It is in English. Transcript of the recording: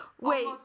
wait